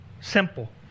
simple